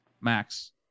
Max